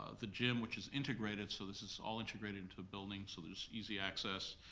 the gym, which is integrated, so this is all integrated into a building so there's easy access.